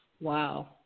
Wow